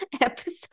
episode